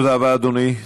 תודה רבה, אדוני.